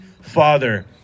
father